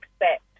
expect